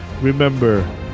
Remember